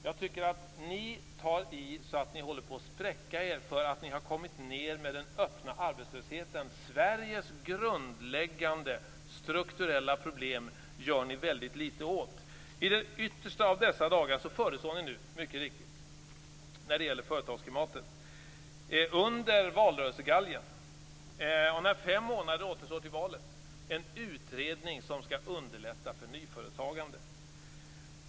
Jag tycker att ni tar i så att ni håller på att spräcka er för att den öppna arbetslösheten har kommit ned. Men Sveriges grundläggande strukturella problem gör ni väldigt litet åt. När det gäller företagsklimatet föreslår ni nu mycket riktigt i de yttersta av dessa dagar, under valrörelsegalgen och när fem månader återstår till valet en utredning som skall underlätta för nyföretagande.